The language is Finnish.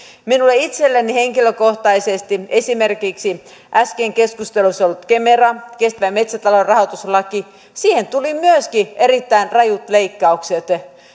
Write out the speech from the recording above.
minulle itselleni henkilökohtaisesti esimerkiksi äsken keskustelussa olleeseen kemeraan kestävän metsätalouden rahoituslakiin tuli myöskin erittäin rajut leikkaukset